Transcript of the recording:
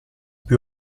più